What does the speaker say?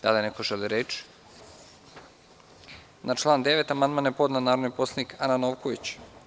Da li neko želi reč? (Ne.) Na član 9. amandman je podnela narodni poslanik Ana Novković.